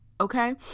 Okay